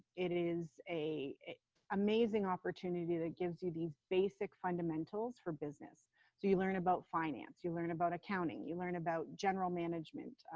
it is a amazing opportunity that gives you these basic fundamentals for business. so you learn about finance, you learn about accounting, you learn about general management,